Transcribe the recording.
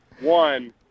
One